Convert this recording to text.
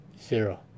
Zero